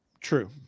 True